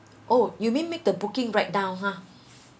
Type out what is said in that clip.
oh you mean make the booking right now ha